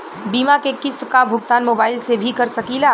बीमा के किस्त क भुगतान मोबाइल से भी कर सकी ला?